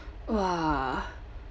!wah!